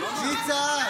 מי צעק?